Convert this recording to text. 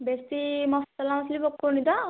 ବେଶୀ ମସଲା ମସଲି ପକଉନି ତ